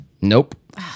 Nope